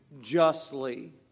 justly